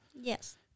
Yes